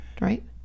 Right